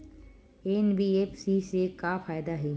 NBFC से का फ़ायदा हे?